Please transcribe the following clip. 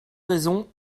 raisons